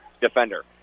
defender